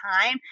time